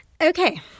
Okay